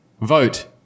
vote